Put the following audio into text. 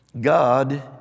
God